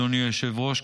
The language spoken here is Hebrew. אדוני היושב-ראש,